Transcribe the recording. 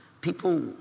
People